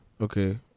okay